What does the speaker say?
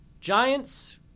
Giants